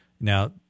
now